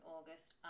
August